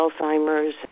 Alzheimer's